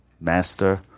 master